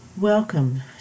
Welcome